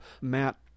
Matt